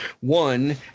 one